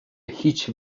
هیچ